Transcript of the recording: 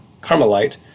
Carmelite